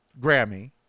Grammy